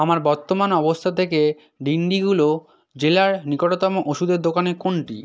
আমার বর্তমান অবস্থা থেকে ডিন্ডিগুল জেলার নিকটতম ওষুধের দোকানে কোনটি